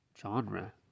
genre